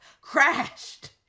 crashed